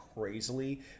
crazily